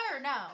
no